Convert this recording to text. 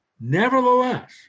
Nevertheless